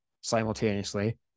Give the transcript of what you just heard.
simultaneously